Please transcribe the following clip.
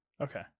Okay